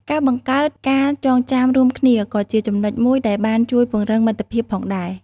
ការបង្កើតការចងចាំរួមគ្នាក៏ជាចំណុចមួយដែលបានជួយពង្រឹងមិត្តភាពផងដែរ។